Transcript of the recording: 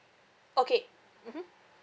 okay mmhmm